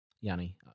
Yanni